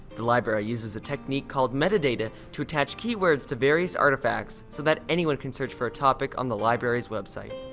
the library uses a technique called metadata to attach keywords to various artifacts so that anyone can search for a topic on the library's website.